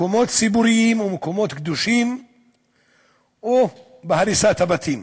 מקומות ציבוריים ומקומות קדושים והריסת הבתים.